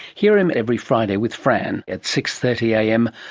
hear him every friday with fran at six. thirty am,